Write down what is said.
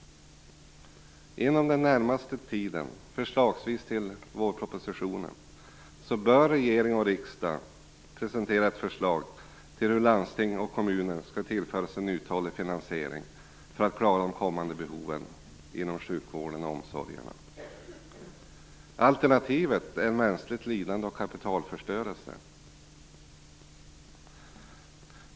Inom den närmaste tiden, förslagsvis till vårpropositionen, bör regering och riksdag presentera ett förslag till hur landsting och kommuner skall tillföras en uthållig finansiering för att klara de kommande behoven inom sjukvården och omsorgerna. Alternativet är mänskligt lidande och kapitalförstörelse.